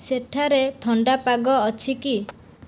ସେଠାରେ ଥଣ୍ଡା ପାଗ ଅଛି କି